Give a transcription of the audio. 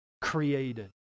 created